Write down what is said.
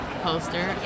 poster